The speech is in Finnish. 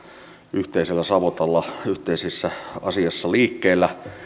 yhteisellä savotalla yhteisessä asiassa liikkeellä